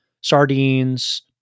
sardines